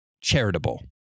charitable